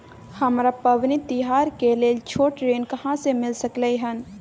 हमरा पबनी तिहार के लेल छोट ऋण कहाँ से मिल सकलय हन?